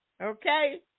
Okay